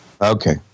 Okay